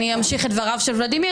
אני אמשיך את דבריו של ולדימיר,